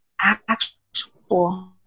actual